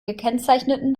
gekennzeichneten